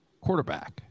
quarterback